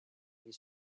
les